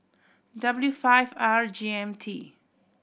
W five R G M T